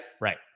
right